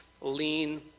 lean